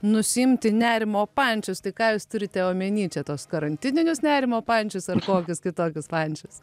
nusiimti nerimo pančius tai ką jūs turite omeny čia tuos karantininius nerimo pančius ar kokius kitokius pančius